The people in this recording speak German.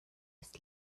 ist